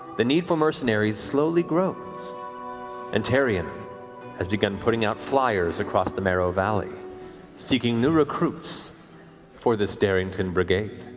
the need for mercenaries slowly grows and taryon has begun putting out flyers across the marrow valley seeking new recruits for this darrington brigade,